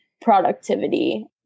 productivity